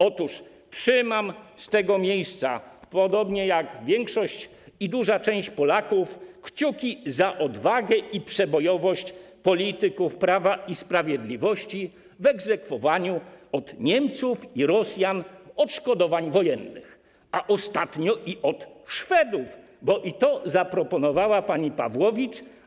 Otóż trzymam z tego miejsca, podobnie jak większość, duża część Polaków kciuki za odwagę i przebojowość polityków Prawa i Sprawiedliwości w egzekwowaniu od Niemców i Rosjan odszkodowań wojennych, a ostatnio - również od Szwedów, bo i to zaproponowała pani Pawłowicz.